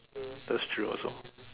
that's true also